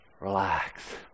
Relax